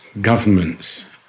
governments